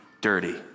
dirty